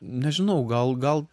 nežinau gal gal